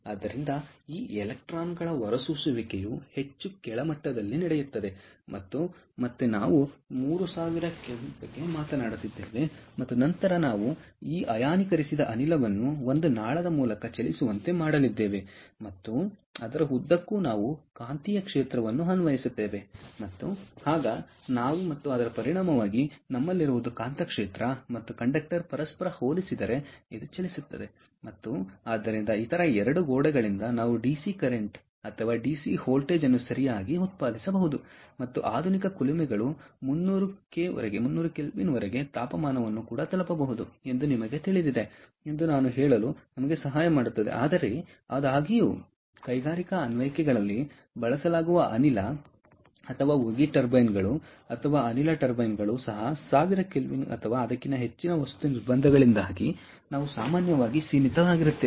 ಆದ್ದರಿಂದ ಈ ಎಲೆಕ್ಟ್ರಾನ್ಗಳ ಹೊರಸೂಸುವಿಕೆಯು ಹೆಚ್ಚು ಕೆಳಮಟ್ಟದಲ್ಲಿ ನಡೆಯುತ್ತದೆ ಮತ್ತು ಮತ್ತೆ ನಾವು 3000 ಕೆ ಬಗ್ಗೆ ಮಾತನಾಡುತ್ತಿದ್ದೇವೆ ಮತ್ತು ನಂತರ ನಾವು ಈ ಅಯಾನೀಕರಿಸಿದ ಅನಿಲವನ್ನು ಒಂದು ನಾಳದ ಮೂಲಕ ಚಲಿಸುವಂತೆ ಮಾಡಲಿದ್ದೇವೆ ಮತ್ತು ಅದರ ಉದ್ದಕ್ಕೂ ನಾವು ಕಾಂತೀಯ ಕ್ಷೇತ್ರವನ್ನು ಅನ್ವಯಿಸುತ್ತೇವೆ ಮತ್ತು ಆಗ ನಾವು ಮತ್ತು ಅದರ ಪರಿಣಾಮವಾಗಿ ನಮ್ಮಲ್ಲಿರುವುದು ಕಾಂತಕ್ಷೇತ್ರ ಮತ್ತು ಕಂಡಕ್ಟರ್ ಪರಸ್ಪರ ಹೋಲಿಸಿದರೆ ಚಲಿಸುತ್ತದೆ ಮತ್ತು ಆದ್ದರಿಂದ ಇತರ 2 ಗೋಡೆಗಳಿಂದ ನಾವು ಡಿಸಿ ಕರೆಂಟ್ ಅಥವಾ ಡಿಸಿ ವೋಲ್ಟೇಜ್ ಅನ್ನು ಸರಿಯಾಗಿ ಉತ್ಪಾದಿಸಬಹುದು ಮತ್ತು ಆಧುನಿಕ ಕುಲುಮೆಗಳು 300 ಕೆ ವರೆಗಿನ ತಾಪಮಾನವನ್ನು ತಲುಪಬಹುದು ಎಂದು ನಿಮಗೆ ತಿಳಿದಿದೆ ಎಂದು ಹೇಳಲು ಇದು ನಮಗೆ ಹೇಗೆ ಸಹಾಯ ಮಾಡುತ್ತದೆ ಆದರೆ ಆದಾಗ್ಯೂ ಕೈಗಾರಿಕಾ ಅನ್ವಯಿಕೆಗಳಲ್ಲಿ ಬಳಸಲಾಗುವ ಅನಿಲ ಅಥವಾ ಉಗಿ ಟರ್ಬೈನ್ಗಳು ಅಥವಾ ಅನಿಲ ಟರ್ಬೈನ್ಗಳು ಸಹ ಸಾವಿರ ಕೆಲ್ವಿನ್ಗೆ ಅಥವಾ ಅದಕ್ಕಿಂತ ಹೆಚ್ಚಿನ ವಸ್ತು ನಿರ್ಬಂಧಗಳಿಂದಾಗಿ ನಾವು ಸಾಮಾನ್ಯವಾಗಿ ಸೀಮಿತವಾಗಿರುತ್ತೇವೆ